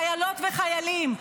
חיילות וחיילים,